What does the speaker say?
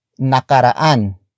NAKARAAN